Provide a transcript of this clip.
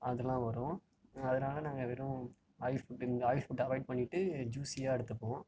அதுலாம் வரும் அதனால் நாங்கள் வெறும் ஆயில் ஃபுட் இந்த ஆயில் ஃபுட்டை அவாய்ட் பண்ணிவிட்டு ஜூஸியாக எடுத்துப்போம்